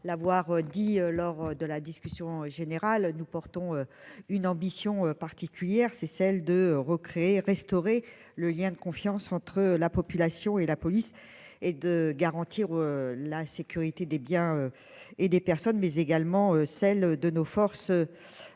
l'avoir dit, lors de la discussion générale, nous portons une ambition particulière, c'est celle de recréer restaurer le lien de confiance entre la population et la police et de garantir la sécurité des biens et des personnes, mais également celle de nos forces